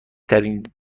ترین